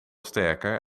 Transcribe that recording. sterker